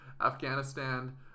Afghanistan